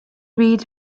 read